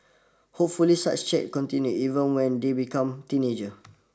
hopefully such chats continue even when they become teenagers